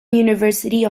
university